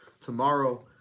tomorrow